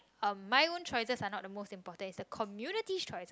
um my own choices are not the most important is the community's choices